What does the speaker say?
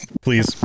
Please